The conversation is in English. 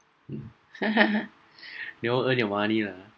mm they want earn your money lah